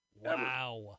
Wow